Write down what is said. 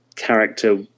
character